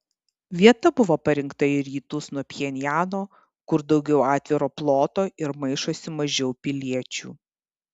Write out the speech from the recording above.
vieta buvo parinkta į rytus nuo pchenjano kur daugiau atviro ploto ir maišosi mažiau piliečių